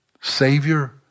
Savior